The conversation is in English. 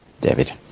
David